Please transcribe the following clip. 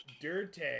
Dirty